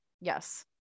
Yes